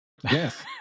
Yes